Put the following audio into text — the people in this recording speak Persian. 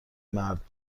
مرد